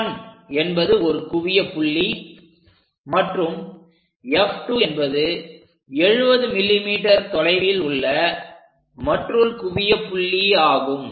F1 என்பது ஒரு குவிய புள்ளி மற்றும் F2 என்பது 70 mm தொலைவில் உள்ள மற்றொரு குவிய புள்ளி ஆகும்